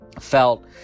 felt